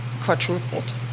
quadrupled